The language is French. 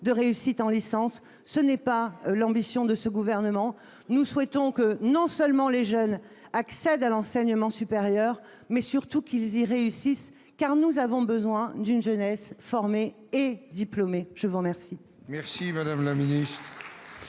de réussite en licence. Ce n'est pas l'ambition de ce gouvernement. Nous souhaitons que les jeunes non seulement accèdent à l'enseignement supérieur, mais surtout qu'ils y réussissent, car nous avons besoin d'une jeunesse formée et diplômée. La parole